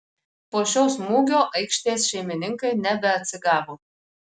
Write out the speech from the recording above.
po šio smūgio aikštės šeimininkai nebeatsigavo